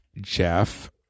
Jeff